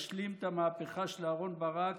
משלים את המהפכה של אהרן ברק